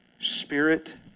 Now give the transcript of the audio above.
Spirit